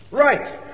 right